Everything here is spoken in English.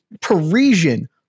Parisian